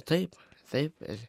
taip taip